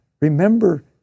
Remember